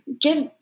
give